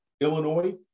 Illinois